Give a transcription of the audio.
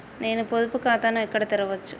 నేను పొదుపు ఖాతాను ఎక్కడ తెరవచ్చు?